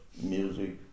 music